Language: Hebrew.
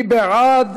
מי בעד?